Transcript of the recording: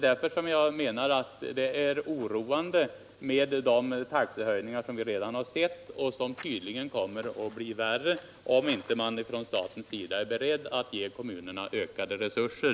Därför menar jag att de taxehöjningar vi redan sett är oroande, och det kommer tydligen att bli värre om inte staten är beredd att ge kommunerna ökade resurser.